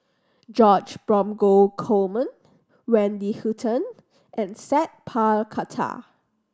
George Dromgold Coleman Wendy Hutton and Sat Pal Khattar